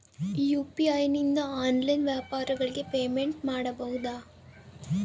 UPI ನಿಂದ online ವ್ಯಾಪಾರಗಳಿಗೆ payment ಮಾಡಬಹುದಾ?